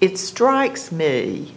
it strikes me